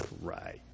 right